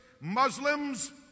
Muslims